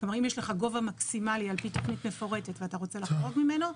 אם יש לך גובה מקסימלי על פי תוכנית מפורטת ואתה רוצה לחרוג ממנו,